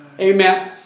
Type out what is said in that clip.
Amen